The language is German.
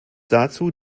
dazu